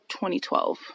2012